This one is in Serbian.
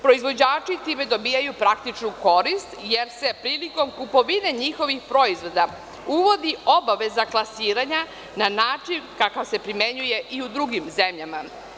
Proizvođači time dobijaju praktičnu korist, jer se prilikom kupovine njihovih proizvoda uvodi obaveza klasiranja, na način kakav se primenjuje i u drugim zemljama.